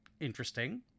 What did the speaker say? interesting